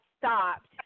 stopped